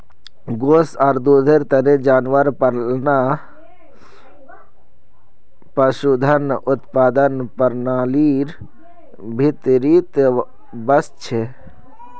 गोस आर दूधेर तने जानवर पालना पशुधन उत्पादन प्रणालीर भीतरीत वस छे